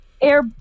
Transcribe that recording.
air